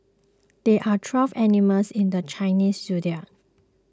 there are twelve animals in the Chinese zodiac